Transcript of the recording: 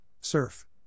Surf